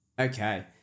Okay